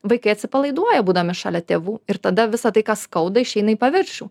vaikai atsipalaiduoja būdami šalia tėvų ir tada visa tai ką skauda išeina į paviršių